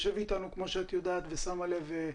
כמו שאת יודעת ושמה לב,